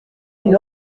mille